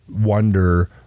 wonder